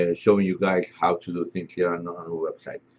ah showing you guys how to do things here and on the website.